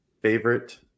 favorite